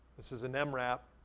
this is an mrap,